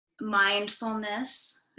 mindfulness